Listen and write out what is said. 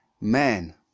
Man